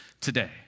today